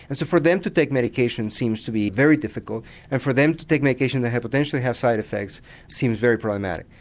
and so for them to take medication seems to be very difficult and for them to take medication that may potentially have side effects seems very problematic.